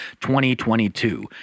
2022